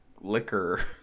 Liquor